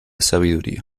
sabiduría